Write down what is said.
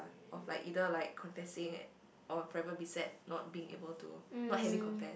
of like either like confessing or probably sad not being able to not having confess